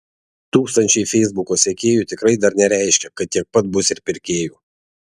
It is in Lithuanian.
tūkstančiai feisbuko sekėjų tikrai dar nereiškia kad tiek pat bus ir pirkėjų